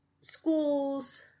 schools